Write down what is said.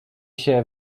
się